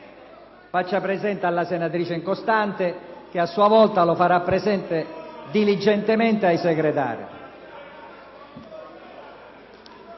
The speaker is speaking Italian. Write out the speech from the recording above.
faccia presente alla senatrice Incostante che, a sua volta, lo farapresente, diligentemente, ai Segretari.